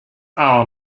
our